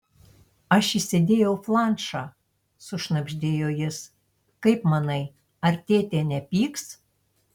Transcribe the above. aš įsidėjau flanšą sušnabždėjo jis kaip manai ar tėtė nepyks